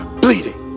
bleeding